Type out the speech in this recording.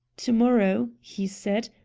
to-morrow, he said,